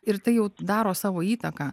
ir tai jau daro savo įtaką